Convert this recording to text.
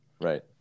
Right